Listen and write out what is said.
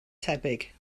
tebyg